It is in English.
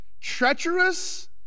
treacherous